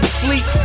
sleep